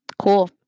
cool